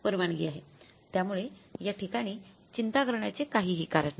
त्यामुळे याठिकाणी चिंता करण्याचे काहीही कारण नाही